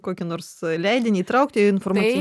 kokį nors leidinį įtraukti informaciją